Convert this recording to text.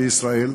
בישראל.